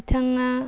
बिथाङा